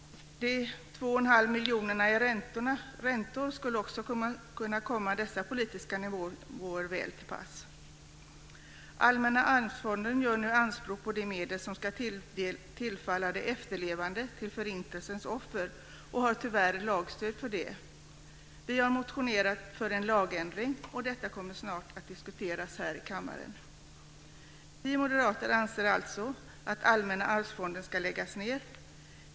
De 2 1⁄2 miljonerna i räntor skulle kunna komma dessa politiska nivåer väl till pass. Allmänna arvsfonden gör nu anspråk på de medel som ska tillfalla de efterlevande till Förintelsens offer och har tyvärr lagstöd för det. Detta kommer snart att diskuteras här i kammaren.